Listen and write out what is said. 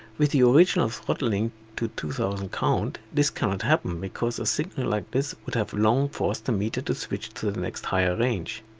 with the original throttling to two thousand count, this cannot happen because a signal like this would have long forced the meter to switch to the next higher range.